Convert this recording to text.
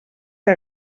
que